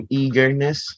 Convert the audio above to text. eagerness